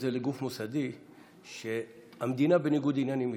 זה לגוף מוסדי שהמדינה בניגוד עניינים איתו,